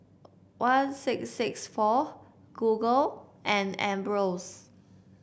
one six six four Google and Ambros